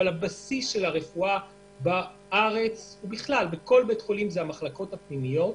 אבל הבסיס של הרפואה בארץ הוא המחלקות הפנימיות.